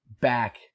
back